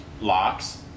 locks